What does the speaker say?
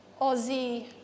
Aussie